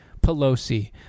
Pelosi